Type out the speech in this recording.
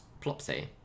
Plopsy